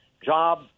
job